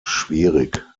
schwierig